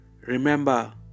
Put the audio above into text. remember